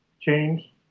change